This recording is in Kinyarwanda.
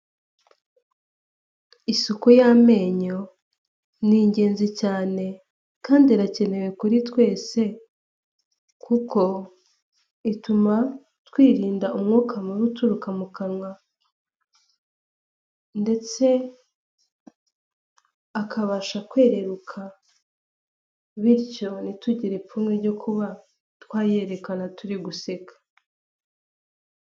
Isuku yamenyo ni ingenzi cyane kandi irakenewe kuri twese kuko ituma twirinda umwuka mubi uturuka mu kanwa ndetse akabasha kwereruka bityo ntitugire ipfunwe ryo kuba twayerekana turi guseka.